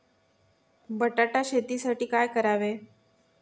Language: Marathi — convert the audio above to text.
बटाटा शेतीसाठी काय करावे?